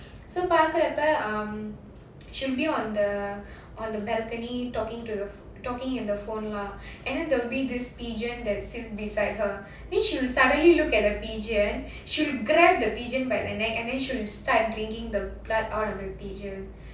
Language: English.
so பாக்குறப்ப:paakurappa um she'll be on the on the balcony talking to the talking in the phone lah and there will be this pigeon that sits beside her then she'll suddenly look at the pigeon she'll grab the pigeon by the neck and then she'll start drinking the blood out of the neck of the pigeon